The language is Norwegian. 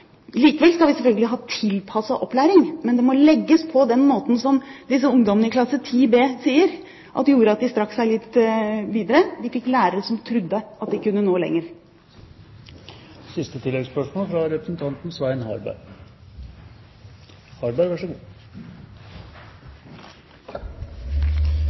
Likevel skal vi selvfølgelig ha tilpasset opplæring, men det må legges opp på den måten som ungdommene i «Klasse 10b» sier: De strakk seg litt videre når de fikk lærere som trodde at de kunne nå lenger.